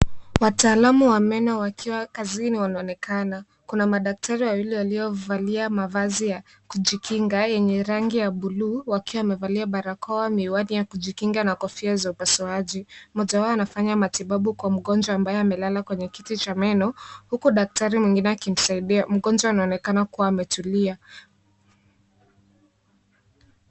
Wataalamu wa meno wakiwa kazini wanaonekana. Kuna madaktari wawili waliovalia mavazi ya kujikinga, yenye rangi ya bluu, wakiwa wamevalia barakoa, miwani ya kujikinga na kofia za upasuaji. Mmoja wao anafanya matibabu kwa mgonjwa ambaye amelala kwenye kiti cha meno, huku daktari mwingine akimsaidia. Mgonjwa anaonekana kuwa ametulia.